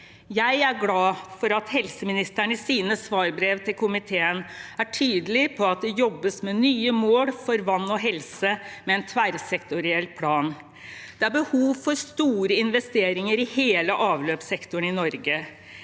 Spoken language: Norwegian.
Jeg er glad for at helseministeren i sine svarbrev til komiteen er tydelig på at det jobbes med nye mål for vann og helse med en tverrsektoriell plan. Det er behov for store investeringer i hele avløpssektoren i Norge.